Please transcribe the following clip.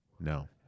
No